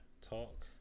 Talk